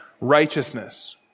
righteousness